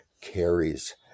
carries